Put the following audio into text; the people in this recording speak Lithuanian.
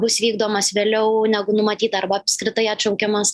bus vykdomas vėliau negu numatyta arba apskritai atšaukiamas